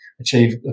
achieve